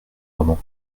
moment